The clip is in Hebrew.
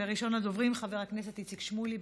ראשון הדוברים, חבר הכנסת איציק שמולי.